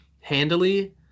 handily